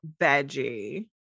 Veggie